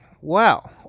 Wow